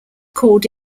called